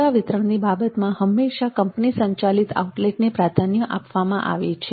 સેવા વિતરણ ની બાબતમાં હંમેશાં કંપની સંચાલિત આઉટલેટને પ્રાધાન્ય આપવામાં આવે છે